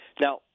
Now